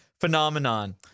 Phenomenon